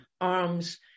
arms